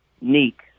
Neek